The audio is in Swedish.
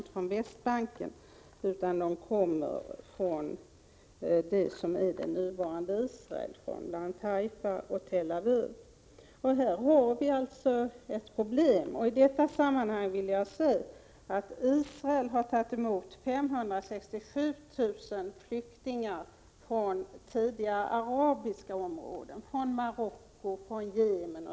1987/88:65 utan från det som är det nuvarande Israel — bl.a. Haifa och Tel Aviv. Härhar 9 februari 1988 vi ett problem. Om konflikten mellan Jag vill också nämna att Israel har tagit emot 567 000 flyktingar från Tsrädock palestinier: områden som tidigare varit arabiska, flyktingar från Marocko och Yemen.